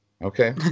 Okay